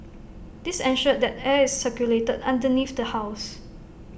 this ensured that air is circulated underneath the house